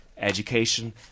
education